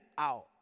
out